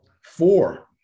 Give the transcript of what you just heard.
Four